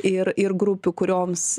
ir ir grupių kurioms